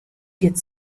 get